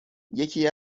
یکی